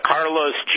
Carlos